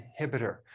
inhibitor